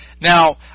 Now